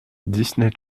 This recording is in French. disney